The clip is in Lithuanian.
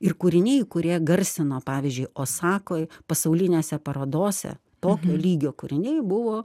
ir kūriniai kurie garsino pavyzdžiui osakoj pasaulinėse parodose tokio lygio kūriniai buvo